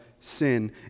sin